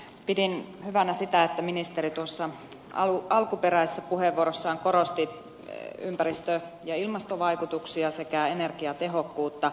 pidin hyvänä sitä että ministeri tuossa alkuperäisessä puheenvuorossaan korosti ympäristö ja ilmastovaikutuksia sekä energiatehokkuutta